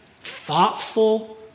thoughtful